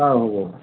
অ' হ'ব